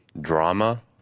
drama